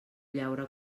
llaura